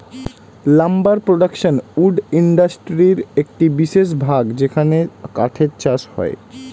lumber production wood ইন্ডাস্ট্রির একটি বিশেষ ভাগ যেখানে কাঠের চাষ হয়